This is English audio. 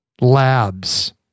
labs